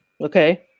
Okay